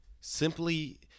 simply